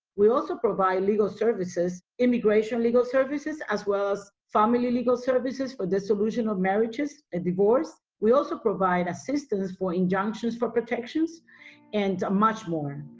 we also provide legal services, immigration legal services, as well as family legal services for dissolution of marriages, a divorce. we also provide assistance for injunctions for protections and much more.